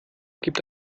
gibt